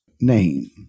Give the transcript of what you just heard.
name